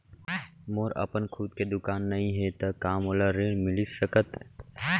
मोर अपन खुद के दुकान नई हे त का मोला ऋण मिलिस सकत?